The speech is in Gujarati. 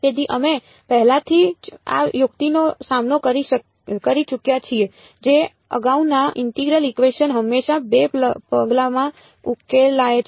તેથી અમે પહેલાથી જ આ યુક્તિનો સામનો કરી ચુક્યા છીએ જે અગાઉના ઇન્ટિગરલ ઇકવેશન હંમેશા 2 પગલામાં ઉકેલાય છે